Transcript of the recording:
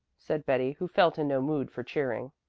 said betty, who felt in no mood for cheering.